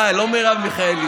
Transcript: אה, לא מרב מיכאלי.